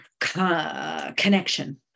connection